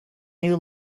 new